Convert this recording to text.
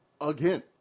Again